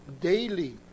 daily